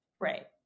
Right